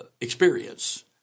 experience